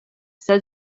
said